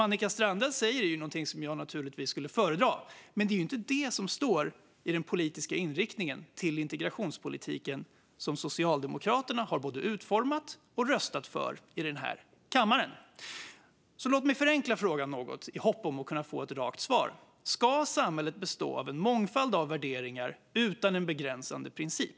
Jag föredrar det som Annika Strandhäll säger, men det är ju inte det som står i den politiska inriktningen till den integrationspolitik som Socialdemokraterna både har utformat och röstat för i kammaren. Låt mig förenkla frågan något i hopp om att få ett rakt svar: Ska samhället bestå av en mångfald av värderingar utan en begränsande princip?